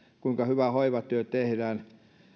kuinka hyvä hoivatyö tehdään